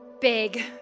big